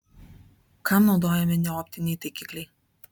kam naudojami neoptiniai taikikliai